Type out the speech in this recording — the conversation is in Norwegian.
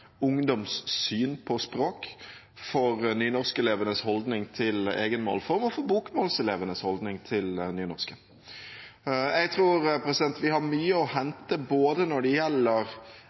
ungdoms syn på språk, for nynorskelevenes holdning til egen målform og for bokmålselevenes holdning til nynorsken. Jeg tror vi har mye å hente både når det gjelder